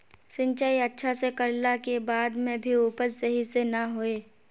सिंचाई अच्छा से कर ला के बाद में भी उपज सही से ना होय?